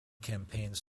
campaigns